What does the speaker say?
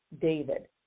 David